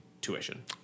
tuition